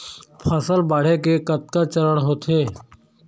फसल बाढ़े के कतका चरण होथे?